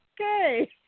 okay